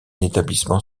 établissement